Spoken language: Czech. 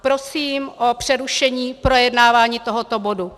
Prosím o přerušení projednávání tohoto bodu.